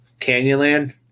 canyonland